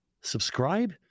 Subscribe